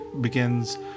begins